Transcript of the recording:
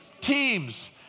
teams